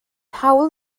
hawl